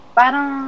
parang